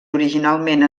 originalment